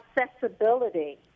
accessibility